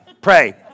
Pray